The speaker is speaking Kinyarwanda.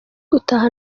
gutaha